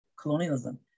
colonialism